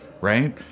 Right